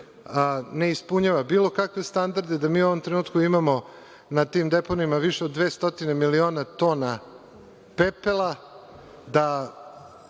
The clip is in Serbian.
ne ispunjava bilo kakve standarde, da mi u ovom trenutku imamo na tim deponijama više od 200 miliona tona pepela,